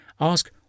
Ask